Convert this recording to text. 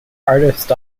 artist